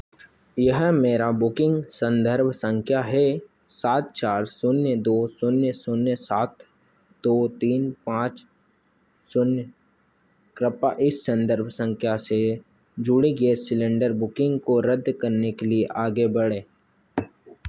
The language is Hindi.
यह मेरा बुकिंग संदर्भ संख्या है सात चार शून्य दो शून्य शून्य सात दो तीन पाँच शून्य कृपया इस संदर्भ संख्या से जुड़ी गैस सिलेन्डर बुकिंग को रद्द करने के लिए आगे बढ़ें